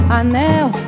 anel